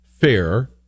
fair